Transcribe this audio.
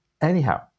Anyhow